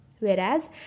Whereas